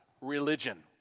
Religion